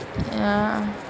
ya